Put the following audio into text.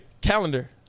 Calendar